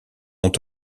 ont